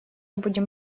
будем